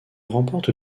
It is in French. remporte